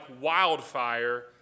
wildfire